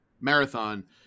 Marathon